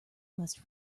must